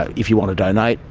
if you want to donate,